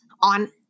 on